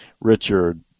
Richard